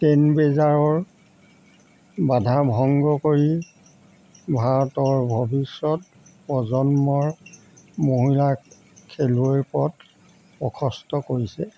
ten বেজাৰৰ বাধা ভংগ কৰি ভাৰতৰ ভৱিষ্যত প্ৰজন্মৰ মহিলাৰ খেলুৱৈ পথ প্ৰসস্ত কৰিছে